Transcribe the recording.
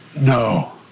no